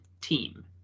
team